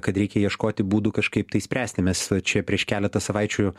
kad reikia ieškoti būdų kažkaip tai spręsti mes čia prieš keletą savaičių